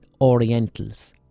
orientals